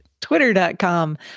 Twitter.com